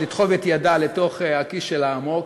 לתחוב את ידה לתוך הכיס שלה עמוק